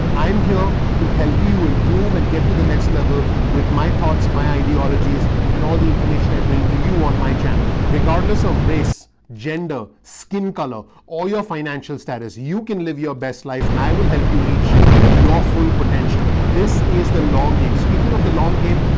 i'm here to help you improve and get to the next level with my thoughts, my ideologies and all the information i bring to you on my channel. regardless of race, gender, skin color or your financial status, you can live your best life. and i will help you reach your full potential. this is the long game. speaking of the long game.